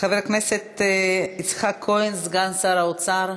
חבר הכנסת יצחק כהן, סגן שר האוצר,